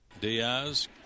Diaz